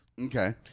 Okay